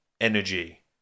energy